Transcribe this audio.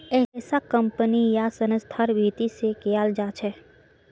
ऐसा कम्पनी या संस्थार भीती से कियाल जा छे